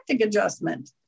adjustment